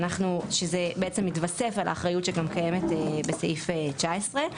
שזה בעצם מתווסף על האחריות שגם קיימת בסעיף 19,